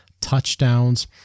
touchdowns